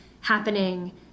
happening